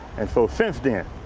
and so since then,